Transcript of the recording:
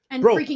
Bro